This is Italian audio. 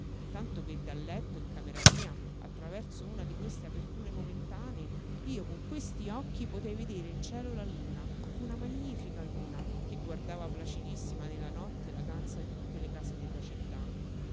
tanto che dal letto in camera mia attraverso una di queste aperture momentanee io con questi occhi potei vedere in cielo la luna una magnifica luna che guardava placidissima nella notte la danza di tutte le case della città